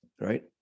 right